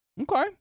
Okay